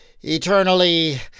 eternally